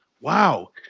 wow